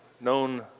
known